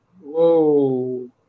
whoa